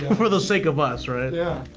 for the sake of us, right? yeah.